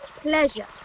pleasure